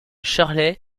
shirley